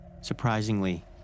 surprisingly